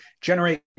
generate